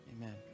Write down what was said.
Amen